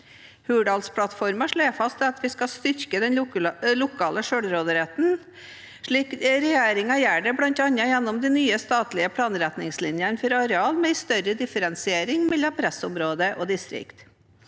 Hurdalsplattformen slår fast at vi skal styrke den lokale selvråderetten, slik regjeringen gjør bl.a. gjennom de nye statlige planretningslinjene for areal med en større differensiering mellom pressområdene og distriktene.